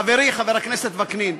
חברי חבר הכנסת וקנין,